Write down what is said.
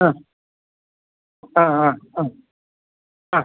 ആ ആ ആ ആ ആ